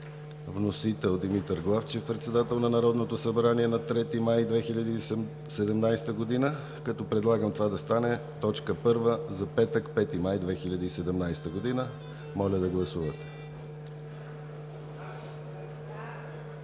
Вносител е Димитър Главчев – председател на Народното събрание, на 3 май 2017 г., като предлагам това да стане точка първа за петък – 5 май 2017 г. Моля да гласувате.